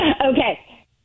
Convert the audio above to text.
Okay